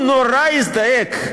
הוא נורא הזדעק: